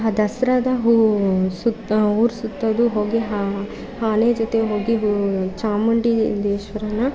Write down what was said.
ದಸ್ರಾದ ಹೂ ಸುತ್ತ ಊರು ಸುತ್ತೋದು ಹೋಗಿ ಆನೆ ಜೊತೆ ಹೋಗಿ ಹೂ ಚಾಮುಂಡೇಶ್ವರಿಯ